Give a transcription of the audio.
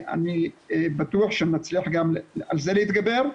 אני בטוח שנצליח גם על זה להתגבר.